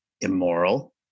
immoral